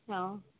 ଆଉ